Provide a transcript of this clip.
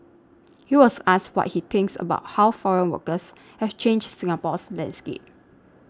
he was asked what he thinks about how foreign workers have changed Singapore's landscape